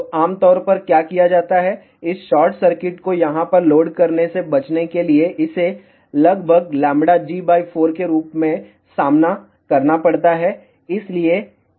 तो आम तौर पर क्या किया जाता है इस शॉर्ट सर्किट को यहां पर लोड करने से बचने के लिए इसे लगभग λg 4 के रूप में सामना करना पड़ता है